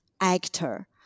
actor